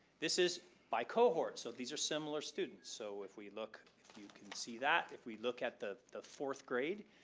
this is by cohort, so these are similar students, so if we look, you can see that. if we look at the the fourth grade,